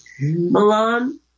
Milan